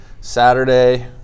Saturday